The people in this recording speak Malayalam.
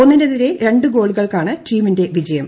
ഒന്നിനെതിരെ രണ്ട് ഗോളുകൾക്കാണ് ടീമിന്റെ വിജയം